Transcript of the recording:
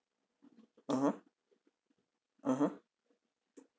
(uh huh) (uh huh)